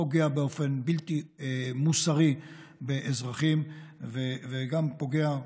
פוגע באופן בלתי מוסרי באזרחים וגם פוגע,